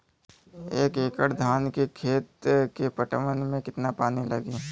एक एकड़ धान के खेत के पटवन मे कितना पानी लागि?